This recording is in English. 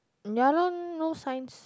ya loh no science